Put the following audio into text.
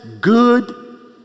good